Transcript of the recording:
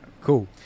cool